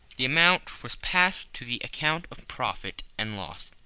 the amount was passed to the account of profit and loss.